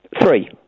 Three